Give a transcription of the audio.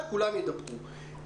כולם ידברו אבל אחד אחד.